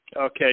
Okay